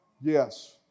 Yes